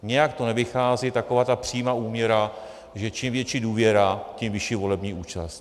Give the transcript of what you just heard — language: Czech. Nějak to nevychází, taková ta přímá úměra, že čím větší důvěra, tím vyšší volební účast.